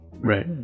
Right